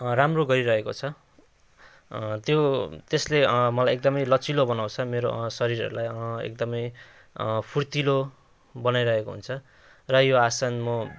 राम्रो गरिरहेको छ त्यो त्यसले मलाई एकदमै लचिलो बनाउँछ मेरो शरीरहरूलाई एकदमै फुर्तिलो बनाइरहेको हुन्छ र यो आसन म